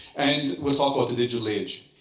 and we'll talk about the digital age